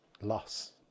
loss